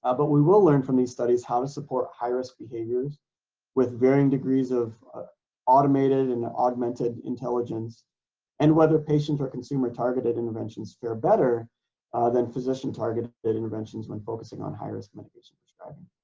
ah but we will learn from these studies how to support high-risk behaviors with varying degrees of automated and augmented intelligence and whether patients are consumer targeted interventions fare better than physician targeted interventions when focusing on high-risk medications.